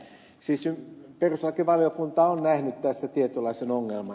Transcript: siis perustuslakivaliokunta on nähnyt tässä tietynlaisen ongelman